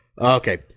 okay